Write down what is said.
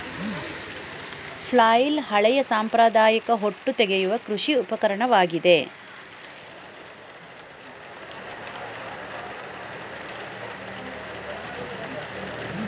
flail ಹಳೆಯ ಸಾಂಪ್ರದಾಯಿಕ ಹೊಟ್ಟು ತೆಗೆಯುವ ಕೃಷಿ ಉಪಕರಣವಾಗಿದೆ